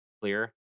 Clear